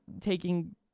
taking